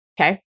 Okay